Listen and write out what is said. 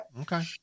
Okay